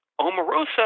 Omarosa